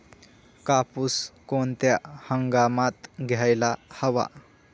कापूस कोणत्या हंगामात घ्यायला हवा?